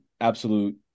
absolute